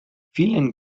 fielen